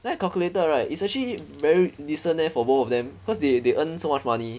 then I calculated right it's actually very decent eh for both of them cause they they earn so much money